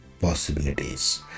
possibilities